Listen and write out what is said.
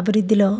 అభివృద్ధిలో